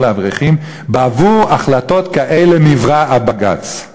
לאברכים: "בעבור החלטות כאלה נברא הבג"ץ";